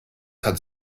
hat